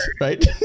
right